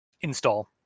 install